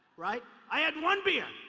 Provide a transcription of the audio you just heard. right? i had one beer.